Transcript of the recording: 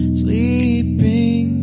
sleeping